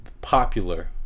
popular